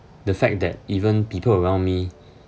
the fact that even people around me